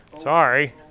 Sorry